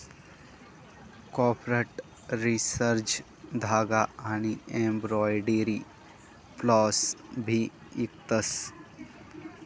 craft resources धागा आनी embroidery floss भी इकतस